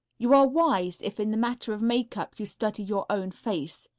you are wise if in the matter of makeup you study your own face.